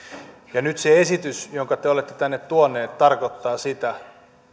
ja nyt se esitys jonka te olette tänne tuoneet tarkoittaa sitä